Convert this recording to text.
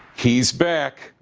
he's back.